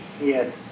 Yes